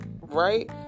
right